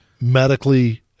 medically